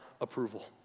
approval